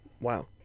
Wow